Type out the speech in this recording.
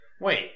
wait